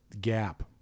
gap